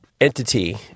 entity